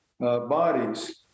Bodies